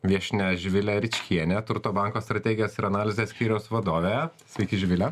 viešnia živilė ričkienė turto banko strategijos ir analizės skyriaus vadovė sveiki živile